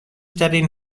ترین